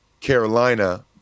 Carolina